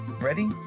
Ready